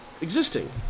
existing